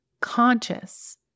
conscious